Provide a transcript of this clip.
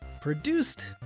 produced